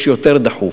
יש יותר דחוף,